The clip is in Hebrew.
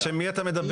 בשם מי אתה מדבר?